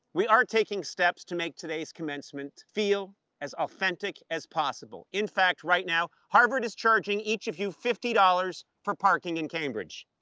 we are taking steps to make today's commencement feel as authentic as possible. in fact, right now, harvard is charging each of you fifty dollars for parking in cambridge.